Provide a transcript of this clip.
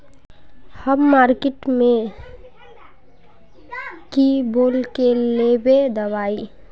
हम मार्किट में की बोल के लेबे दवाई?